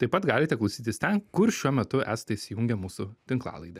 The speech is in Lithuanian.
taip pat galite klausytis ten kur šiuo metu esate įsijungę mūsų tinklalaidę